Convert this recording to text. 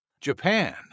Japan